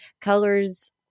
Colors